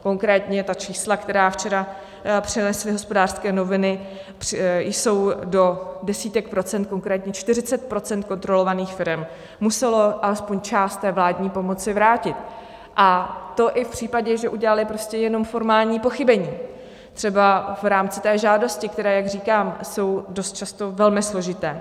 Konkrétně čísla, která včera přinesly Hospodářské noviny, jsou do desítek procent, konkrétně 40 % kontrolovaných firem muselo alespoň část vládní pomoci vrátit, a to i v případě, že udělaly prostě jenom formální pochybení, třeba v rámci té žádosti, které, jak říkám, jsou dost často velmi složité.